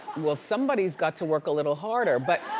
well somebody's got to work a little harder but,